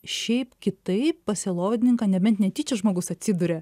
šiaip kitaip pas sielovadininką nebent netyčia žmogus atsiduria